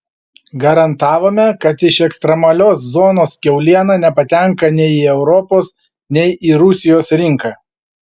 garantavome kad iš ekstremalios zonos kiauliena nepatenka nei į europos nei į rusijos rinką